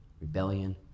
rebellion